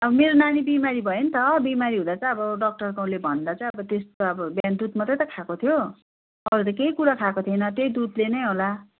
अब मेरो नानी बिमारी भयो नि त बिमारी हुदाँ चाहिँ अब डाक्टर बाउले भन्दा चाहिँ अब त्यस्तो अब बिहान दुध मात्रै त खाएको थियो अरू त केही कुरा खाएको थिएन त्यही दुधले नै होला